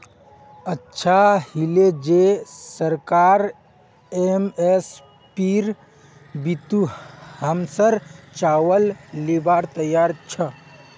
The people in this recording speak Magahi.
अच्छा हले जे सरकार एम.एस.पीर बितु हमसर चावल लीबार तैयार छ